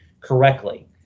Correctly